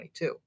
2022